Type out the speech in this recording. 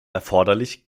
erforderlich